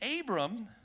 Abram